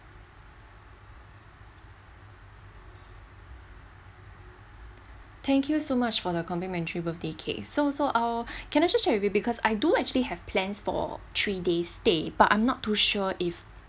thank you so much for the complimentary birthday cake so so I'll can I just check with you because I do actually have plans for three days stay but I'm not too sure if